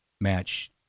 match